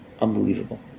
unbelievable